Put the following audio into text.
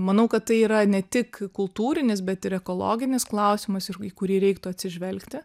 manau kad tai yra ne tik kultūrinis bet ir ekologinis klausimas ir į kurį reiktų atsižvelgti